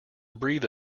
breathe